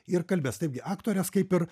ir kalbės taipgi aktorės kaip ir